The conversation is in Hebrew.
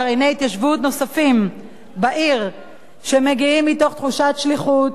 גרעיני התיישבות נוספים בעיר שמגיעים מתוך תחושת שליחות.